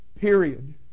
period